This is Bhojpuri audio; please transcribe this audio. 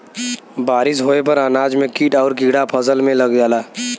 बारिस होये पर अनाज में कीट आउर कीड़ा फसल में लग जाला